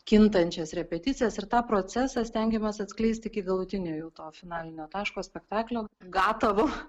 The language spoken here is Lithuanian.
kintančias repeticijas ir tą procesą stengiamės atskleist iki galutinio jau to finalinio taško spektaklio gatavu